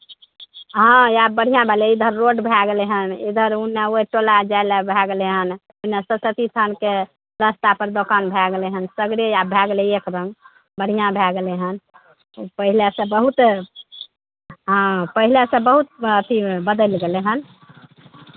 हँ आब बढ़िआँ भेलै इधर रोड भए गेलै हन इधर ओन्नऽ ओहि टोला जाय लेल भए गेलै हन ओन्नऽ सरस्वती थानके रास्तापर दोकान भए गेलै हन सगरे आब भए गेलै एक रङ्ग बढ़िआँ भए गेलै हन ओ पहिलेसँ बहुत हन पहिलेसँ बहुत हन बदलि गेलै हन